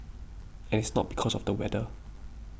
and it's not because of the weather